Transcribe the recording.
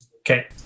Okay